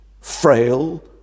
frail